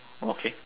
okay